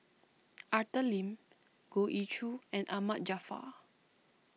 Arthur Lim Goh Ee Choo and Ahmad Jaafar